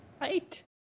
Right